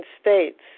states